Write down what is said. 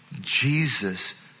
Jesus